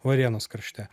varėnos krašte